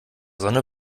sonne